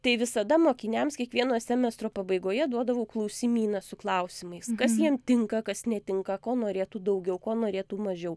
tai visada mokiniams kiekvieno semestro pabaigoje duodavau klausimyną su klausimais kas jiem tinka kas netinka ko norėtų daugiau ko norėtų mažiau